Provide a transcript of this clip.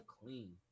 clean